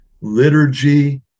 liturgy